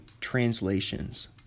translations